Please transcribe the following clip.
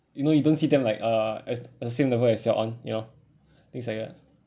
you know you don't see them like uh as as the same level as you're on you know things like that